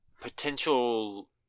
potential